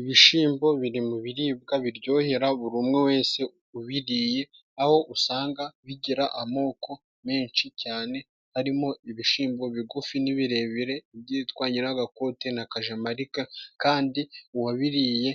Ibishyimbo biri mu biribwa biryohera buri umwe wese ubiriye aho usanga bigira amoko menshi cyane harimo: ibishyimbo bigufi n'ibirebire ibyitwa nyiragakote na kajamalika kandi uwabiriye